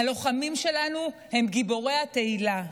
הלוחמים שלנו הם גיבורי התהילה.